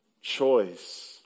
choice